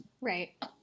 right